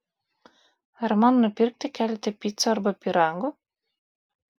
ar man nupirkti keletą picų arba pyragų